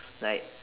like